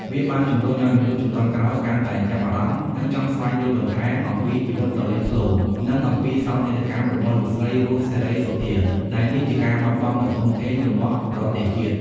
វាបានជំរុញឲ្យមនុស្សជំនាន់ក្រោយកាន់តែចាប់អារម្មណ៍ និងចង់ស្វែងយល់បន្ថែមអំពីជីវិតដ៏លេចធ្លោ និងអំពីសោកនាដកម្មរបស់លោកស្រី រស់ សេរីសុទ្ធា ដែលនេះជាការបាត់បង់ដ៏ធំធេង របស់ប្រទេសជាតិ។